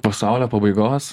pasaulio pabaigos